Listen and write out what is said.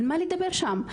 על מה לדבר שם?